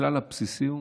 הכלל הבסיסי הוא,